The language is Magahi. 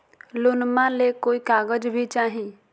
लोनमा ले कोई कागज भी चाही?